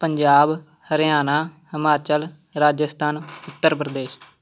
Punjab Haryana Himachal Rajasthan Uttar Pradesh